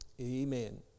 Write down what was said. Amen